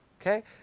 Okay